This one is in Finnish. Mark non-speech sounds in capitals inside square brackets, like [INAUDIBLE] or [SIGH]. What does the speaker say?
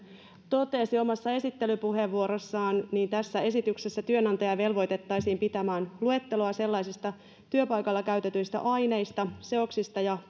totesi omassa esittelypuheenvuorossaan tässä esityksessä työnantaja velvoitettaisiin pitämään luetteloa sellaisista työpaikalla käytetyistä aineista seoksista ja [UNINTELLIGIBLE]